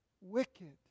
wicked